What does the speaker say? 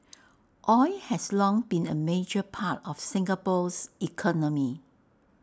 oil has long been A major part of Singapore's economy